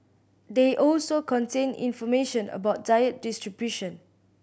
they also contain information about diet distribution